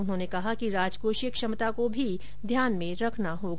उन्होंने कहा कि राजकोषीय क्षमता को भी ध्यान में रखना होगा